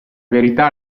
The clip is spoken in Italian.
verità